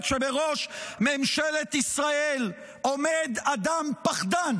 נתניהו, הקטרים העבירו אתמול 27 טונות של אספקה.